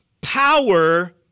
power